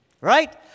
Right